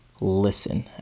listen